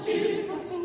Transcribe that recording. Jesus